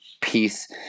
Peace